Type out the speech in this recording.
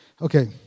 Okay